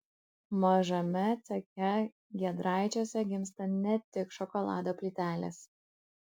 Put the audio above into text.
mažame ceche giedraičiuose gimsta ne tik šokolado plytelės